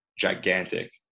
gigantic